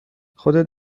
خودت